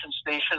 station